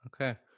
Okay